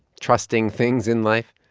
trusting things in life?